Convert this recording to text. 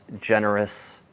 generous